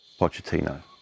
Pochettino